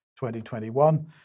2021